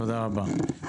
תודה רבה.